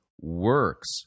works